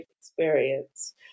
experience